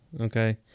okay